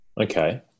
Okay